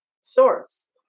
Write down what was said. source